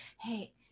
hey